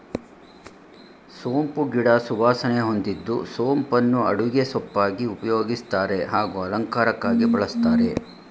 ಸೋಂಪು ಗಿಡ ಸುವಾಸನೆ ಹೊಂದಿದ್ದು ಸೋಂಪನ್ನು ಅಡುಗೆ ಸೊಪ್ಪಾಗಿ ಉಪಯೋಗಿಸ್ತಾರೆ ಹಾಗೂ ಅಲಂಕಾರಕ್ಕಾಗಿ ಬಳಸ್ತಾರೆ